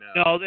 no